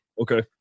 Okay